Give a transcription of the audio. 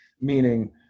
Meaning